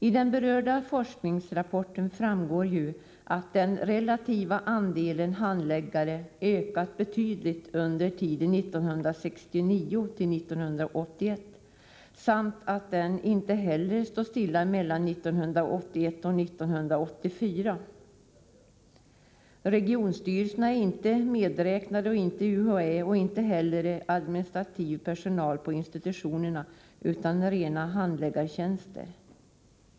I den berörda forskningsrapporten framgår att den relativa andelen handläggare ökade betydligt under tiden 1969-1981 samt att den inte heller stod stilla mellan 1981 och 1984. Regionstyrelserna är inte medräknade, inte UHÄ och inte heller administrativ personal på institutionerna utan rena handläggartjänster.